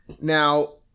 Now